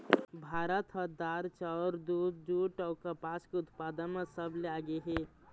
भारत ह दार, चाउर, दूद, जूट अऊ कपास के उत्पादन म सबले आगे हे